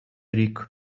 рік